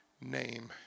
name